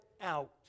out